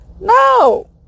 No